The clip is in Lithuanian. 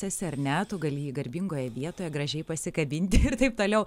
esi ar ne tu gali jį garbingoje vietoje gražiai pasikabinti ir taip toliau